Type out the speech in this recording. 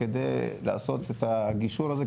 כדי לעשות את הגישור הזה,